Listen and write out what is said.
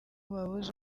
babuze